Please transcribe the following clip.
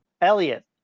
Elliot